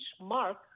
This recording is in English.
Mark